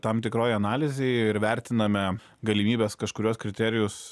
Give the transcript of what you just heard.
tam tikroj analizėj ir vertiname galimybes kažkuriuos kriterijus